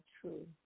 true